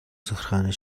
захиргааны